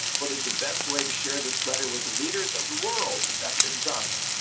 what is the best way to share this letter with the leaders of the world? has that been done?